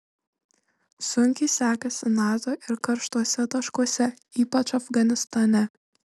sunkiai sekasi nato ir karštuose taškuose ypač afganistane